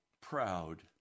proud